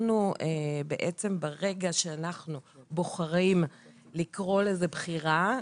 בעצם ברגע שאנחנו בוחרים לקרוא לזה בחירה,